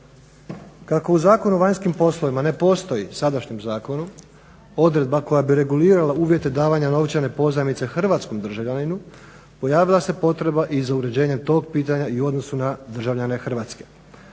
Kako u Zakonu o vanjskim poslovima ne postoji, sadašnjem zakonu odredba koja bi regulirala uvjete davanja novčane pozajmice hrvatskom državljaninu pojavila se potreba i za uređenjem tog pitanja i u odnosu na državljane Hrvatske.